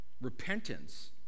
repentance